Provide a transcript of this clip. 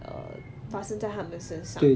err 发生在他们身上